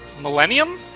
Millennium